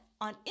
on